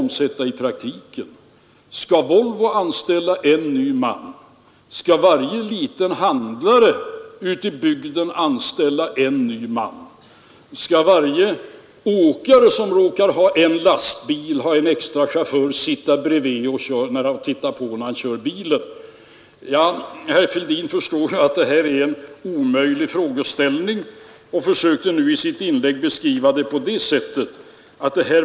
Man kan inte i nog starka ordalag uttala sitt fördömande av det nuvarande skattesystemet. Man kräks på det varje gång man talar och skriver om det, och man säger att det är så till den milda grad misslyckat att det helt enkelt är en oformlighet. Och så slutar man med att säga: Vi måste ha ett nytt skattesystem!